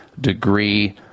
degree